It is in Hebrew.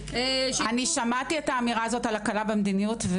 אני שמעתי את האמירה הזאת על הקלה במדיניות.